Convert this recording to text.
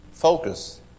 focus